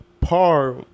par